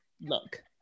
look